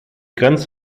grenzt